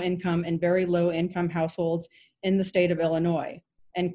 income and very low income households in the state of illinois and